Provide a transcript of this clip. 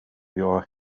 your